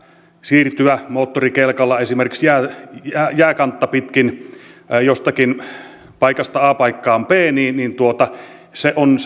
siirtyä moottorikelkalla esimerkiksi jääkantta pitkin jostakin paikasta a paikkaan b siirtoreitti on